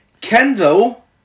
Kendall